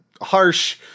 harsh